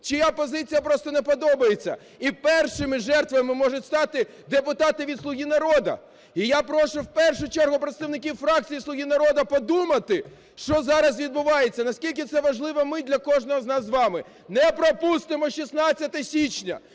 чия позиція просто не подобається. І першими жертвами можуть стати депутати від "Слуги народу". І я прошу в першу чергу представників фракції "Слуги народу" подумати, що зараз відбувається, наскільки це важлива мить для кожного з нас з вами. Не пропустимо "16 січня"!